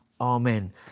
Amen